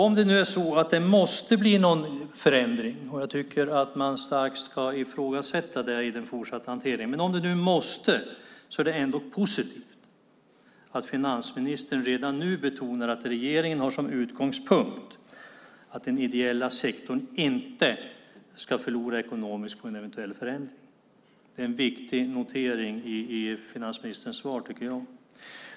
Om det nu måste bli någon förändring - jag tycker att man starkt ska ifrågasätta det i den fortsatta hanteringen - är det ändå positivt att finansministern redan nu betonar att regeringen har som utgångspunkt att den ideella sektorn inte ska förlora ekonomiskt på en eventuell förändring. Det är en viktig notering i finansministerns svar, tycker jag.